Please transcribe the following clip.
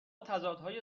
تضادهای